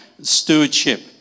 stewardship